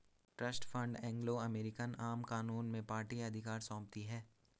trust fund Anglo American आम कानून में पार्टी अधिकार सौंपती है